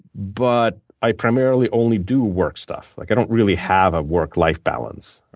but i primarily only do work stuff. like i don't really have a work life balance.